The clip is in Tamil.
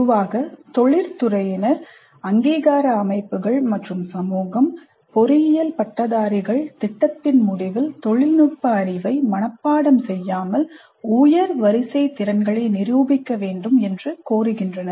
பொதுவாக தொழில் துறையினர் அங்கீகார அமைப்புகள் மற்றும் சமூகம் பொறியியல் பட்டதாரிகள் திட்டத்தின் முடிவில் தொழில்நுட்ப அறிவை மனப்பாடம் செய்யாமல் உயர் வரிசை திறன்களை நிரூபிக்க வேண்டும் என்று கோருகின்றனர்